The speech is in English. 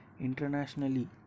Internationally